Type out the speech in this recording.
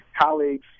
colleagues